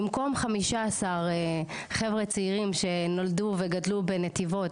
במקום 15 חבר'ה צעירים שנולדו וגדלו בנתיבות